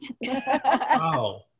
Wow